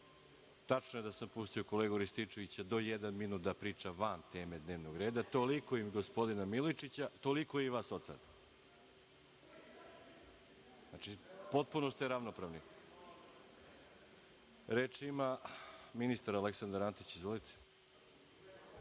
Tačno je da sam pustio kolegu Rističevića do jedan minut da priča van teme dnevnog reda, toliko i gospodina Milojičića, toliko i vas od sad.(Radoslav Milojičić: A mene nikada.)Potpuno ste ravnopravni. Reč ima ministar Aleksandar Antić. Izvolite.